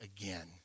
again